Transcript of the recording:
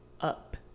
up